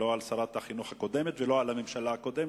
לא על שרת החינוך הקודמת ולא על הממשלה הקודמת,